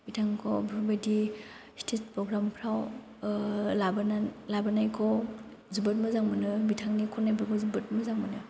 बिथांखौ बेफोरबायदि स्टेज प्रग्रामफ्राव लाबोनाय लाबोनायखौ जोबोर मोजां मोनो बिथांनि खन्नायफोरखौ जोबोर मोजां मोनो